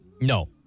No